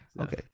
okay